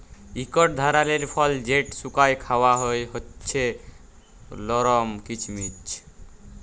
ইকট ধারালের ফল যেট শুকাঁয় খাউয়া হছে লরম কিচমিচ